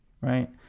right